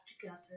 together